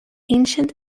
ancient